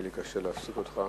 יהיה לי קשה להפסיק אותך.